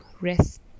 rest